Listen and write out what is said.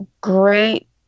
great